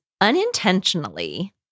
unintentionally